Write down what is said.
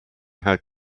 had